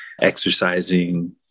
exercising